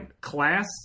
Class